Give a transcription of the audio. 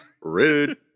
Rude